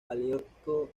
paleártico